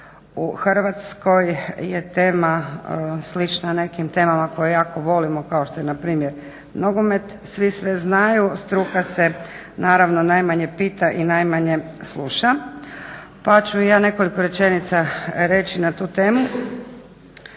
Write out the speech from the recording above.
u Hrvatskoj je tema slična nekim temama koje jako volimo kao što je npr. Nogomet. Svi sve znaju, struka se naravno najmanje pita i najmanje sluša. Pa ću ja nekoliko rečenica reći na tu temu.